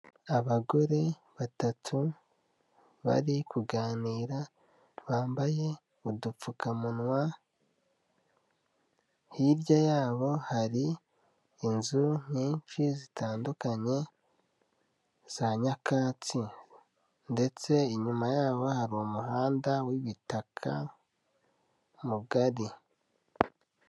Abagore batatu bari kuganira bambaye udupfukamunwa, hirya yabo hari inzu nyinshi zitandukanye za nyakatsi. Ndetse inyuma yabo hari umuhanda w'ibitaka mugari.